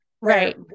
Right